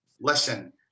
listen